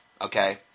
okay